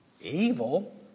evil